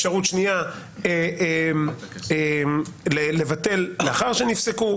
אפשרות שנייה, לבטל לאחר שנפסקו.